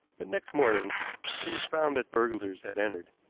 but next morning it was found that burglars had entered.